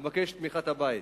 אני מבקש את תמיכת הבית.